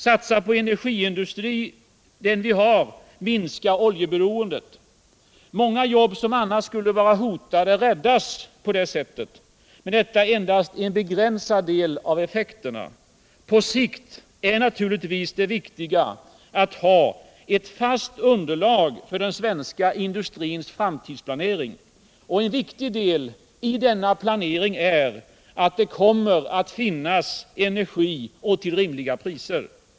Satsa på den energiindustri vi har, minska oljeberoendet! Många jobb som annars skulle vara hotade räddas på det sättet. Men detta är endast en begränsad del av effekterna. På sikt är naturligtvis det viktiga att ha ett fast underlag för den svenska industrins framtidsplanering. En viktig del i denna planering är att det kommer att finnas energi, och till rimliga priser.